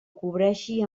cobreixi